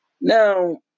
Now